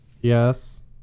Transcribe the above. Yes